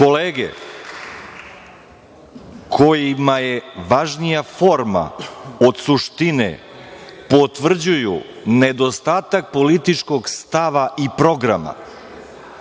kojima je važnija forma od suštine potvrđuju nedostatak političkog stava i programa.(Saša